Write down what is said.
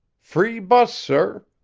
free bus, sir.